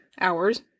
hours